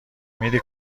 میری